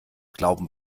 glauben